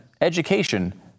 education